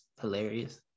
hilarious